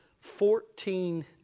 Fourteen